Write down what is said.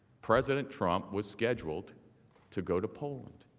president trump was scheduled to go to poland.